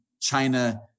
China